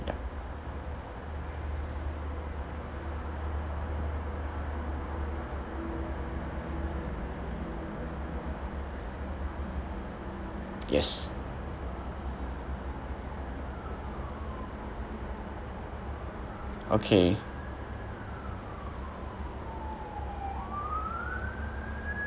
yes okay